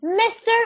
Mr